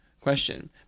question